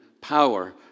power